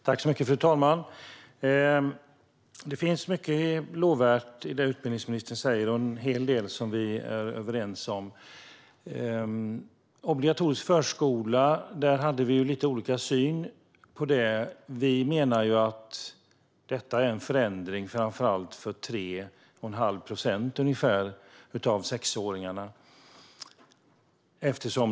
Fru talman! Det finns mycket lovvärt i det utbildningsministern säger och en hel del som vi är överens om. När det gäller obligatorisk förskola hade vi lite olika syn. Vi menar att detta är en förändring framför allt för ungefär 3 1⁄2 procent av sexåringarna.